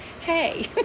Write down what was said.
hey